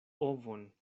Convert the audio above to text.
ovon